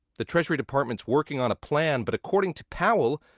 the treasury department's working on a plan, but according to powell,